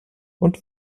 und